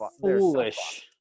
foolish